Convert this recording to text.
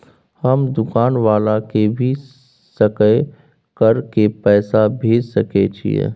हम दुकान वाला के भी सकय कर के पैसा भेज सके छीयै?